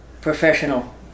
professional